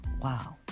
wow